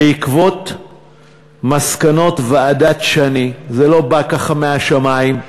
בעקבות מסקנות ועדת שני, זה לא בא ככה מהשמים,